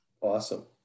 Awesome